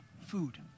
food